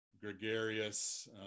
gregarious